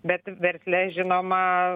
bet versle žinoma